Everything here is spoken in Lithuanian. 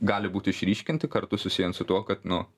gali būt išryškinti kartu susiejant su tuo kad nu